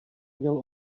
měl